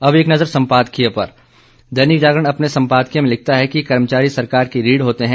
अब एक नजर संपादकीय पर दैनिक जागरण अपने संपादकीय में लिखता है कि कर्मचारी सरकार की रीढ़ होते है